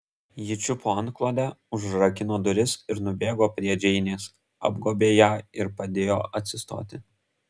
ji čiupo antklodę užrakino duris ir nubėgo prie džeinės apgobė ją ir padėjo atsistoti